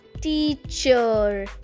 teacher